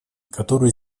которые